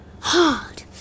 hard